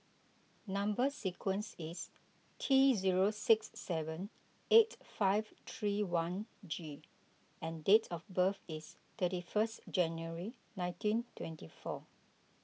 Number Sequence is T zero six seven eight five three one G and date of birth is thirty first January nineteen twenty four